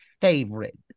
favorite